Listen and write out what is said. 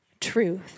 truth